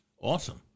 Awesome